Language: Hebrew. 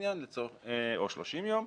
או 30 יום,